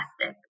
plastic